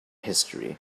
history